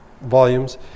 volumes